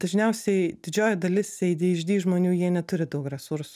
dažniausiai didžioji dalis adhd žmonių jie neturi daug resursų